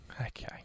Okay